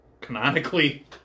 canonically